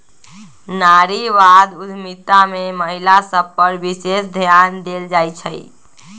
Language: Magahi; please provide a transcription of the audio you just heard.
नारीवाद उद्यमिता में महिला सभ पर विशेष ध्यान देल जाइ छइ